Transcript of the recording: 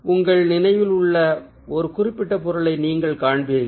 உங்கள் நினைவில் உள்ள ஒரு குறிப்பிட்ட பொருளை நீங்கள் காண்பீர்கள்